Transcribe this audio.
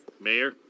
Mayor